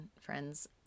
friends